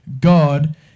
God